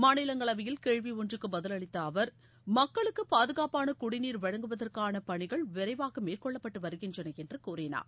மாநிலங்களவையில் கேள்வி ஒன்றுக்கு பதிலளித்த அவர் மக்களுக்கு பாதுகாப்பாள குடிநீர் வழங்குவதற்கான பணிகள் விரைவாக மேற்கொள்ளப்பட்டு வருகின்றன என்று கூறினார்